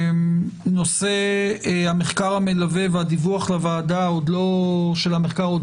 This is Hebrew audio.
נושא המחקר המלווה והדיווח לוועדה של המחקר עוד